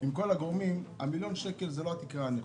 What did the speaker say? עם כל הגורמים, מיליון שקל זה לא התקרה הנכונה.